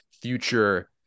future